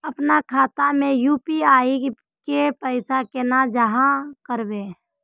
अपना खाता में यू.पी.आई के पैसा केना जाहा करबे?